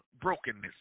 brokenness